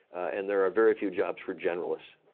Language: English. and there are very few jobs for generalists.